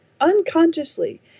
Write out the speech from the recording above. unconsciously